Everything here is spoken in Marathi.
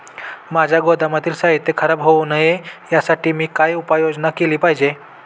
माझ्या गोदामातील साहित्य खराब होऊ नये यासाठी मी काय उपाय योजना केली पाहिजे?